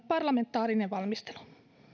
parlamentaarinen valmistelu